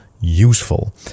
useful